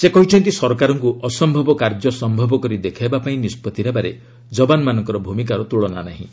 ସେ କହିଛନ୍ତି ସରକାରଙ୍କୁ ଅସମ୍ଭବ କାର୍ଯ୍ୟ ସମ୍ଭବ କରି ଦେଖାଇବା ପାଇଁ ନିଷ୍ପଭି ନେବାରେ ଯବାନମାନଙ୍କର ଭୂମକାର ତୁଳନା ନାହିଁ